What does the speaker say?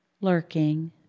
lurking